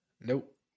Nope